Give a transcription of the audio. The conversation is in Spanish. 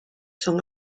son